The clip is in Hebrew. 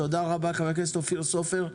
תודה רבה, חבר הכנסת אופיר סופר.